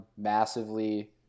massively